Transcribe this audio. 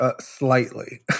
slightly